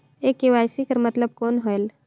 ये के.वाई.सी कर मतलब कौन होएल?